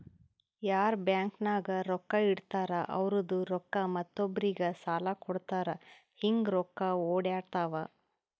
ಯಾರ್ ಬ್ಯಾಂಕ್ ನಾಗ್ ರೊಕ್ಕಾ ಇಡ್ತಾರ ಅವ್ರದು ರೊಕ್ಕಾ ಮತ್ತೊಬ್ಬರಿಗ್ ಸಾಲ ಕೊಡ್ತಾರ್ ಹಿಂಗ್ ರೊಕ್ಕಾ ಒಡ್ಯಾಡ್ತಾವ